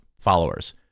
followers